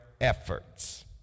efforts